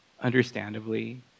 Understandably